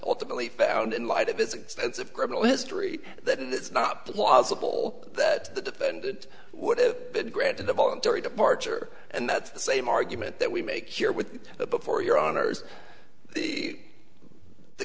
ultimately found in light of his extensive criminal history that it's not plausible that the defendant would have been granted a voluntary departure and that's the same argument that we make your with the before your honor's be the